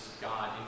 God